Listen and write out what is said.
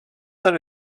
that